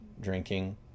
drinking